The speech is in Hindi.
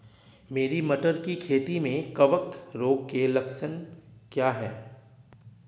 मेरी मटर की खेती में कवक रोग के लक्षण क्या हैं?